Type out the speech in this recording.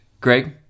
Greg